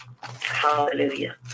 Hallelujah